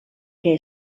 que